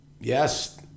Yes